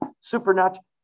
supernatural